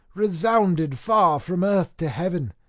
resounded far from earth to heaven.